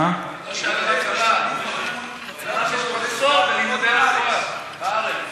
להקים עוד בית-ספר לרפואה בארץ.